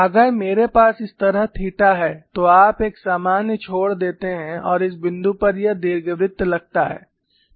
अगर मेरे पास इस तरह थीटा है तो आप एक सामान्य छोड़ देते हैं और इस बिंदु पर यह दीर्घवृत्त लगता है